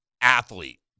athlete